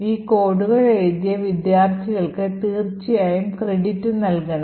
ഈ കോഡുകൾ എഴുതിയ വിദ്യാർത്ഥികൾക്ക് തീർച്ചയായും ക്രെഡിറ്റ് നൽകണം